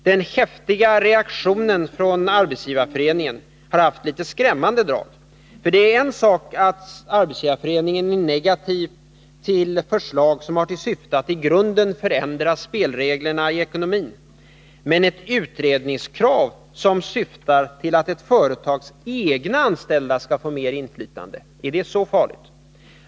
Den häftiga reaktionen från Arbetsgivareföreningen har haft litet skrämmande drag. Det är en sak att Arbetsgivareföreningen är negativ till förslag som har till syfte att i grunden förändra spelreglerna i ekonomin. Men ett utredningskrav som syftar till att ett företags egna anställda skall få mer inflytande — är det så farligt?